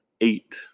eight